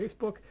Facebook